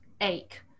ache